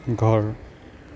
ঘৰ